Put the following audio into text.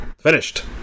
finished